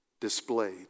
displayed